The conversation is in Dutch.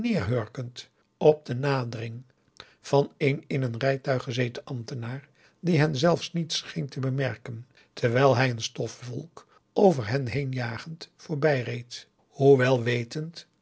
op de nadering van een in een rijtuig gezeten ambtenaar die hen zelfs niet scheen te augusta de wit orpheus in de dessa bemerken terwijl hij een stofwolk over hen heen jagend voorbij reed hoewel wetend